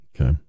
okay